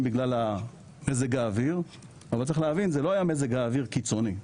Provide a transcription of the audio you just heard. בגלל מזג האוויר אבל צריך להבין זה לא היה מזג אוויר קיצוני,